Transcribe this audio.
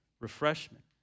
refreshment